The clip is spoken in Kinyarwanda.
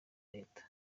leta